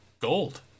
gold